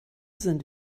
sind